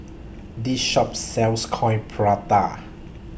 This Shop sells Coin Prata